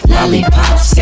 Lollipops